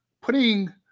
putting